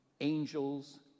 angels